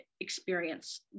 experience